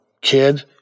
kid